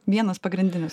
vienas pagrindinis